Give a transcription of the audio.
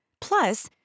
Plus